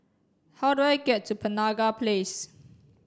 how do I get to Penaga Place